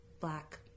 black